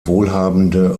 wohlhabende